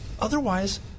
Otherwise